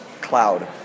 cloud